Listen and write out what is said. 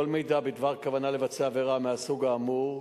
כל מידע בדבר כוונה לבצע עבירה מהסוג האמור,